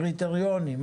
קריטריונים,